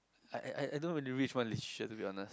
I I I I don't really to be honest